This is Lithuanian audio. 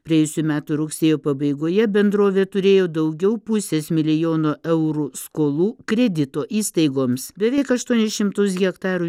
praėjusių metų rugsėjo pabaigoje bendrovė turėjo daugiau pusės milijono eurų skolų kredito įstaigoms beveik aštuonis šimtus hektarų